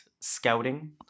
scouting